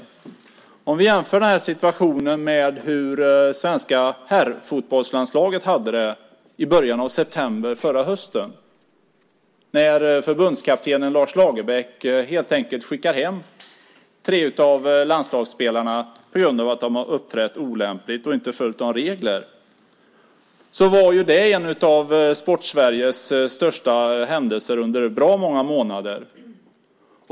Låt mig jämföra denna situation med hur svenska herrfotbollslandslaget hade det i början av september förra hösten när förbundskaptenen Lars Lagerbäck helt enkelt skickade hem tre av landslagsspelarna på grund av att de har uppträtt olämpligt och inte följt reglerna. Det var en av Sport-Sveriges största händelser under många månader.